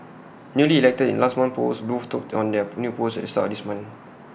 newly elected in last month's polls both took on their pool new posts at this month